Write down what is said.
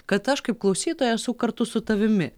kad aš kaip klausytoja esu kartu su tavimi